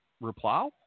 Reply